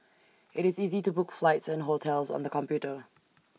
IT is easy to book flights and hotels on the computer